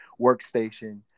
workstation